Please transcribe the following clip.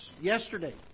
Yesterday